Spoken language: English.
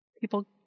people